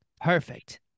perfect